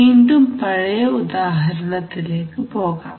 വീണ്ടും പഴയ ഉദാഹരണത്തിലേക്ക് പോകാം